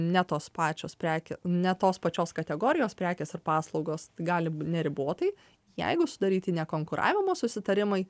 ne tos pačios prekė ne tos pačios kategorijos prekės ir paslaugos gali b neribotai jeigu sudaryti nekonkuravimo susitarimai